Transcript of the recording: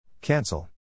Cancel